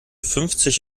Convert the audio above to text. fünfzig